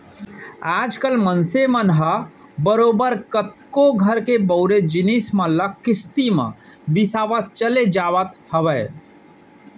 आज कल मनसे मन ह बरोबर कतको घर बउरे के जिनिस मन ल किस्ती म बिसावत चले जावत हवय